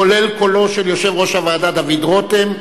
כולל קולו של יושב-ראש הוועדה דוד רותם,